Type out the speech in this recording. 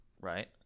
right